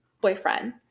boyfriend